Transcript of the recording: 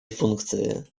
функции